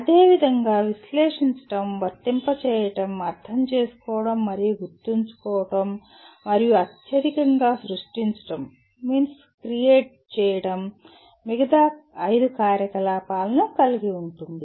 అదేవిధంగా విశ్లేషించడం వర్తింపజేయడం అర్థం చేసుకోవడం మరియు గుర్తుంచుకోవడం మరియు అత్యధికంగా సృష్టించడంక్రియేట్ మిగతా 5 కార్యకలాపాలను కలిగి ఉంటుంది